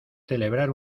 celebrar